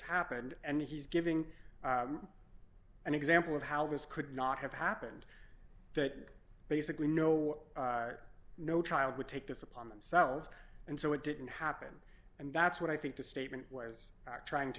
happened and he's giving an example of how this could not have happened that basically no no child would take this upon themselves and so it didn't happen and that's what i think the statement wires are trying to